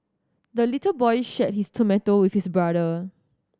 the little boy shared his tomato with his brother